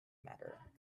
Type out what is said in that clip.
matter